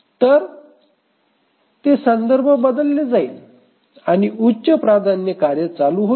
तर ते संदर्भ बदलले जाईल आणि उच्च प्राधान्य कार्य चालू होईल